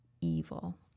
evil